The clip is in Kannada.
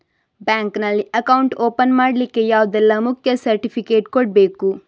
ಬ್ಯಾಂಕ್ ನಲ್ಲಿ ಅಕೌಂಟ್ ಓಪನ್ ಮಾಡ್ಲಿಕ್ಕೆ ಯಾವುದೆಲ್ಲ ಮುಖ್ಯ ಸರ್ಟಿಫಿಕೇಟ್ ಕೊಡ್ಬೇಕು?